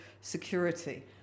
security